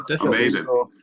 Amazing